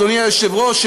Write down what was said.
אדוני היושב-ראש,